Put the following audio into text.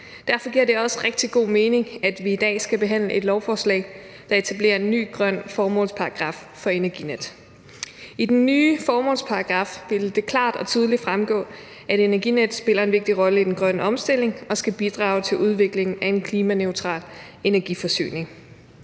Derfor giver det også rigtig god mening, at vi i dag skal behandle et lovforslag, der etablerer en ny grøn formålsparagraf for Energinet. I den nye formålsparagraf vil det klart og tydeligt fremgå, at Energinet spiller en vigtig rolle i den grønne omstilling og skal bidrage til udviklingen af en klimaneutral energiforsyning.